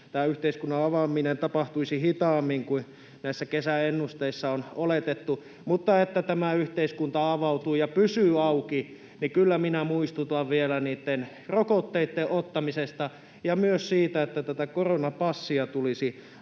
yhteiskunnan avaaminen tapahtuisi hitaammin kuin näissä kesäennusteissa on oletettu. Mutta että tämä yhteiskunta avautuu ja pysyy auki, niin kyllä minä muistutan vielä niitten rokotteitten ottamisesta ja myös siitä, että tätä koronapassia tulisi laajemmin